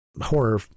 horror